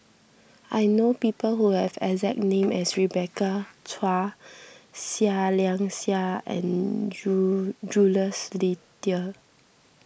I know people who have the exact name as Rebecca Chua Seah Liang Seah and Jules Itier